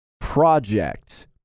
Project